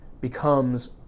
becomes